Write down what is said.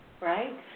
Right